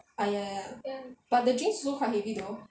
ah ya ya but the drinks also very heavy though